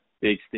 big